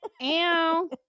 Ew